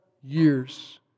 years